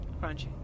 Crunchy